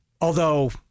Although-